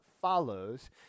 follows